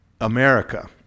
America